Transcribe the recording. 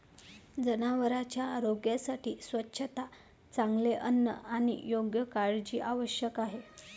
जनावरांच्या आरोग्यासाठी स्वच्छता, चांगले अन्न आणि योग्य काळजी आवश्यक आहे